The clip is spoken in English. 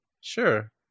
sure